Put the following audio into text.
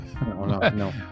no